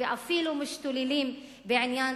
ואפילו משתוללים בעניין